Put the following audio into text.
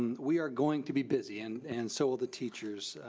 we are going to be busy, and and so will the teachers.